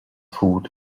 food